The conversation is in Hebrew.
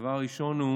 הדבר הראשון הוא